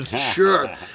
Sure